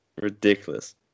Ridiculous